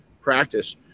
practice